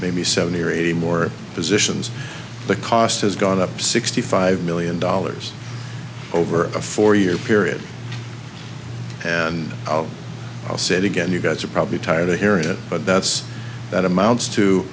maybe seventy or eighty more positions the cost has gone up sixty five million dollars over a four year period and i'll say it again you guys are probably tired of hearing it but that's that amounts to